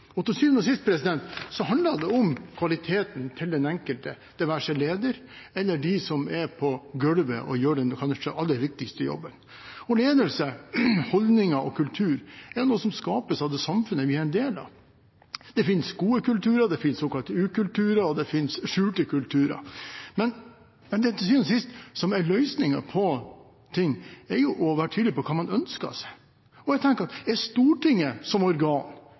Til syvende og sist handler det om kvaliteten på den enkelte, det være seg leder eller de som er på gulvet og gjør den kanskje aller viktigste jobben. Ledelse, holdninger og kultur er noe som skapes av det samfunnet vi er en del av. Det fins gode kulturer, det fins såkalte ukulturer, og det fins skjulte kulturer. Men det som til syvende og sist er løsningen på ting, er å være tydelig på hva man ønsker seg. Jeg tenker: Er Stortinget som organ